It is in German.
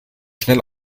schnell